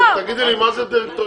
תגידי לי מה זה דירקטוריון.